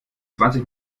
zwanzig